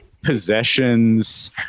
possessions